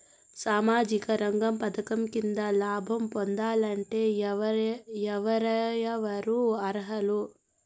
సామాజిక రంగ పథకం కింద లాభం పొందాలంటే ఎవరెవరు అర్హులు?